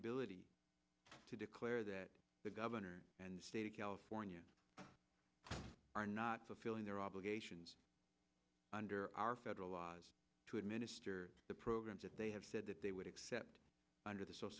ability to declare that the governor and state of california are not fulfilling their obligations under our federal laws to administer the programs that they have said that they would accept under the social